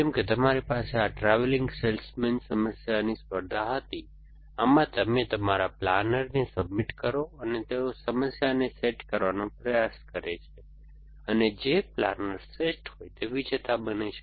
જેમકે તમારી પાસે આ ટ્રાવેલિંગ સેલ્સમેન સમસ્યાની સ્પર્ધા હતી આમાં તમે તમારા પ્લાનરને સબમિટ કરો અને તેઓ સમસ્યાને સેટ કરવાનો પ્રયાસ કરે છે અને પછી જે પ્લાનર શ્રેષ્ઠ હોય તે વિજેતા બને છે